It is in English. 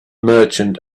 merchant